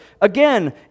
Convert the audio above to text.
Again